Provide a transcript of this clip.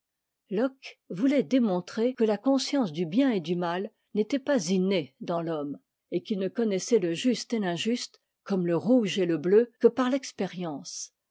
locke voulait démontrer que la conscience du bien et du mal n'était pas innée dans l'homme et qu'il ne connaissait le juste et l'injuste comme le rouge et te bleu que par l'expérience